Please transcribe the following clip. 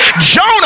Jonah